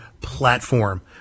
platform